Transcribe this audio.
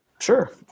Sure